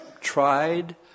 tried